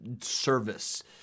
service